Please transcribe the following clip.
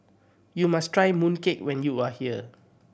you must try mooncake when you are here